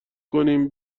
کنیم